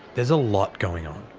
there's a lot going on.